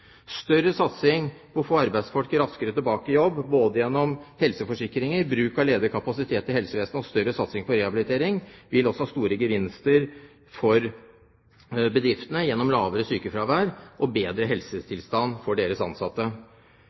Større satsing på å få arbeidsfolk raskere tilbake i jobb, både gjennom helseforsikringer, bruk av ledig kapasitet i helsevesenet og større satsing på rehabilitering, vil også gi store gevinster for bedriftene gjennom lavere sykefravær og bedre helsetilstand for deres ansatte.